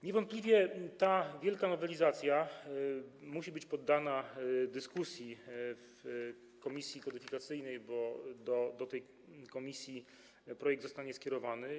Niewątpliwie ta wielka nowelizacja musi być poddana pod dyskusję w komisji kodyfikacyjnej, bo do tej komisji projekt zostanie skierowany.